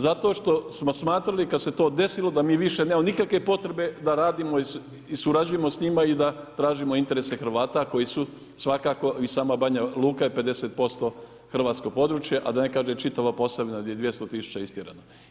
Zato što smo smatrali da kada se to desilo da mi više nemamo nikakve potrebe da radimo i surađujemo s njima i da tražimo interese Hrvata koji su svakako i sama Banja Luka je 50% hrvatsko područje, a da ne kažem čitava Posavina gdje je 200.000 istjeranih.